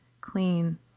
clean